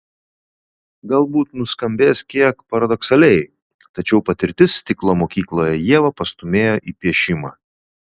galbūt nuskambės kiek paradoksaliai tačiau patirtis stiklo mokykloje ievą pastūmėjo į piešimą